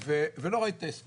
ולא ראיתי את ההסכם.